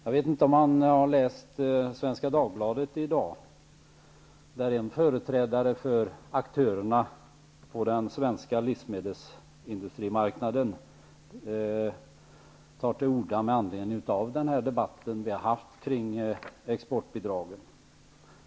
Jag vet inte om han läst Svenska Dagbladet i dag. Där tar en företrädare för aktörerna på den svenska livsmedelsindustrimarknaden till orda med anledning av den debatt vi haft kring exportbidragen.